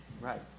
Right